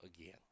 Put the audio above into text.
again